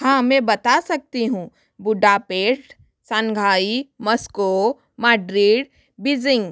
हाँ मैं बता सकती हूँ सान्घाई मस्को माड्रिड बिजींग